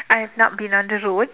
I've not been on the road